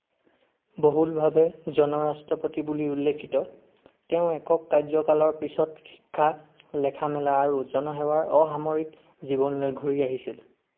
বহুলভাৱে জন ৰাষ্ট্ৰপতি বুলি উল্লেখিত তেওঁ একক কাৰ্য্যকালৰ পিছত শিক্ষা লিখা মেলা আৰু জনসেৱাৰ অসামৰিক জীৱনলৈ ঘূৰি আহিছিল